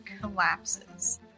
collapses